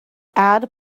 add